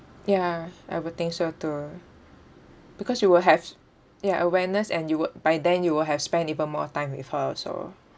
ya I would think so too because you will have s~ ya awareness and you would by then you will have spent even more time with her also